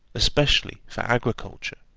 especially for agriculture.